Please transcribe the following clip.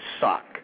suck